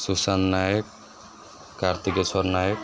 Sushant Nayak Kartikeswar Nayak